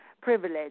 privilege